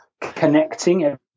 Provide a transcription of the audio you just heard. connecting